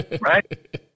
right